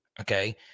okay